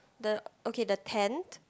the okay the tent